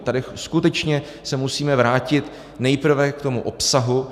Tady skutečně se musíme vrátit nejprve k tomu obsahu.